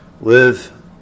live